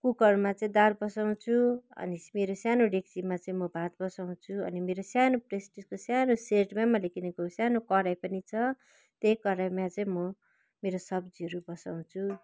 कुकरमा चाहिँ दाल बसाउँछु अनि मेरो सानो डेक्चीमा चाहिँ म भात बसाउँछु अनि मेरो सानो प्रसटिजको सानो सेटमै मैले किनेको सानो कराई पनि छ त्यही कराईमा चाहि मेरो सब्जीहरू बसाउँछु